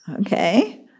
Okay